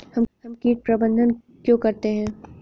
हम कीट प्रबंधन क्यों करते हैं?